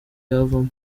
yavamo